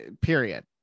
period